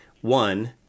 One